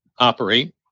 operate